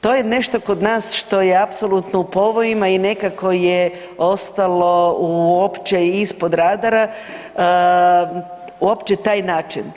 To je nešto kod nas što je apsolutno o povojima i nekako je ostalo uopće i ispod radara uopće taj način.